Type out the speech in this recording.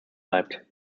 bleibt